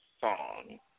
song